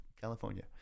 California